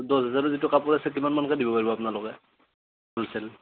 দছ হেজাৰ যিটো কাপোৰ আছে কিমান মানকৈ দিব পাৰিব আপোনালোকে হলচেল